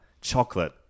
chocolate